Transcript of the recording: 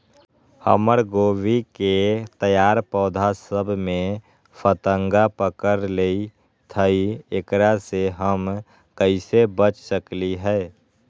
हमर गोभी के तैयार पौधा सब में फतंगा पकड़ लेई थई एकरा से हम कईसे बच सकली है?